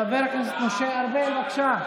חבר הכנסת משה ארבל, בבקשה.